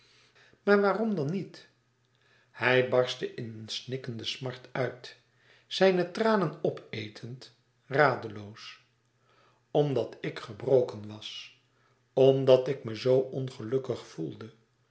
maar waarom dan niet hij barstte in eene snikkende smart uit zijne tranen opetend radeloos omdat ik gebroken was omdat ik me zoo ongelukkig voelde